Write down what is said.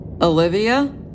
Olivia